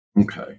Okay